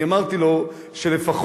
אני אמרתי לו שלפחות,